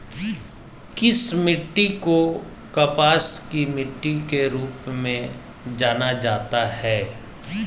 किस मिट्टी को कपास की मिट्टी के रूप में जाना जाता है?